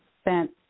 spent